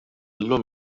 llum